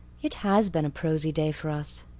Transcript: it has been a prosy day for us,